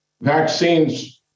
vaccines